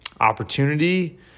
opportunity